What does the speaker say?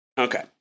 Okay